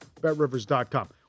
BetRivers.com